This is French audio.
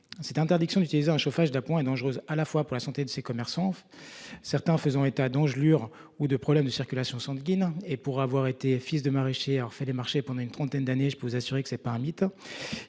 Cette interdiction d'utiliser un chauffage d'appoint et dangereuse à la fois pour la santé de ces commerçants. Certains en faisant état d'engelures ou de problèmes de circulation sanguine. Et pour avoir été fils de maraîchers en fait les marchés pendant une trentaine d'années, je peux vous assurer que c'est pas un mythe.